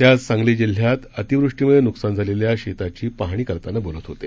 ते आज सांगली जिल्ह्यात अतिवृष्टीमुळे नुकसान झालेल्या शेतीची पाहणी करताना बोलत होते